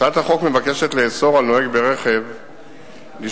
הצעת החוק מבקשת לאסור על נוהג ברכב לשלוח